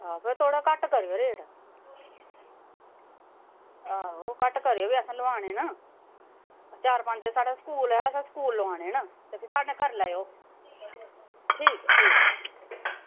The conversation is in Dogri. आहो थोह्ड़ा घट्ट करेयो रेट हां घट्ट करेयो ते असैं लोआनें न चार पंज साढ़ै स्कूल ऐ एसैं स्कूल लोआनें न ते साढ़ै नै करी लैयो ठीक ऐ ठीक ऐ